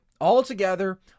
Altogether